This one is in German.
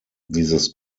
dieses